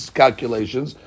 calculations